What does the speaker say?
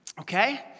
Okay